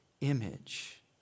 image